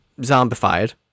zombified